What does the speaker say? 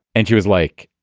and she was like,